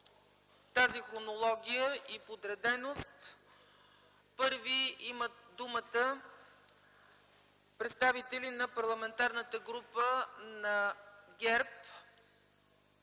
тази хронология и подреденост първи имат думата представители на Парламентарната група на ГЕРБ.